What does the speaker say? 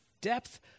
Depth